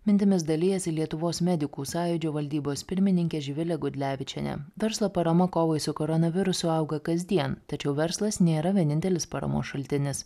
mintimis dalijasi lietuvos medikų sąjūdžio valdybos pirmininkė živilė gudlevičienė verslo parama kovai su koronavirusu auga kasdien tačiau verslas nėra vienintelis paramos šaltinis